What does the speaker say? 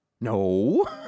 No